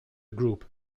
group